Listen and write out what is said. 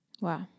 Wow